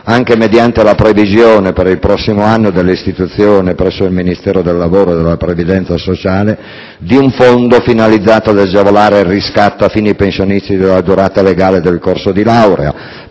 anche mediante la previsione, per il prossimo anno, dell'istituzione, presso il Ministero del lavoro e della previdenza sociale, di un fondo finalizzato ad agevolare il riscatto a fini pensionistici della durata legale del corso laurea